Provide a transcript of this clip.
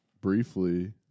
briefly